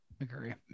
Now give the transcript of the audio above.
Agree